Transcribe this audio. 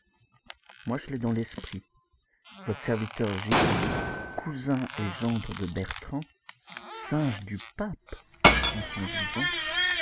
moi je l'ai dans l'esprit votre serviteur gille cousin et gendre de bertrand singe du pape en son vivant